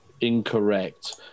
Incorrect